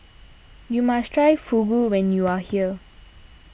you must try Fugu when you are here